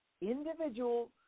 individual